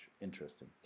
Interesting